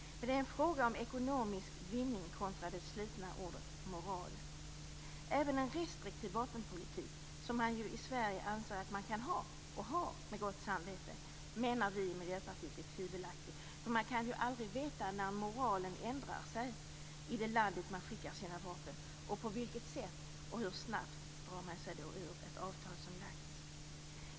Men det är en fråga om ekonomisk vinning kontra det slitna ordet moral. Även en restriktiv vapenpolitik, som man ju i Sverige anser att man kan ha och har med gott samvete, menar vi i Miljöpartiet är tvivelaktigt. Man kan aldrig veta när moralen ändrar sig i det land dit man skickar sina vapen. På vilket sätt och hur snabbt drar man sig ur ett avtal som tecknats?